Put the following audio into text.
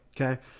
okay